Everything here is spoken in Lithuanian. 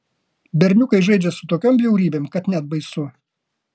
berniukai žaidžia su tokiom bjaurybėm kad net baisu